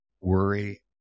Worry